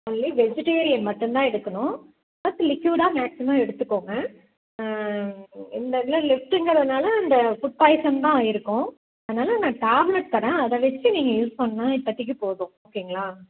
only vegetarian மட்டும் தான் எடுக்கணும் பிளஸ் லிக்விடாக மாக்ஸிமம் எடுத்துக்கோங்க இந்த இதில் லெஃப்ட்ங்கிறதுனால அந்த ஃபுட் பாய்சன்தான் ஆகியிருக்கும் அதனால் நான் டேப்லெட் தரேன் அதை வெச்சு நீங்கள் யூஸ் பண்ணிணா இப்போதிக்கி போதும் ஓகேங்களா